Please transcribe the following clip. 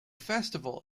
festival